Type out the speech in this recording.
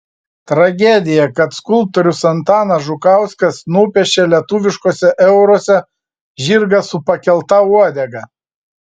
tragedija kad skulptorius antanas žukauskas nupiešė lietuviškuose euruose žirgą su pakelta uodega